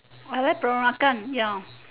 I very peranakan ya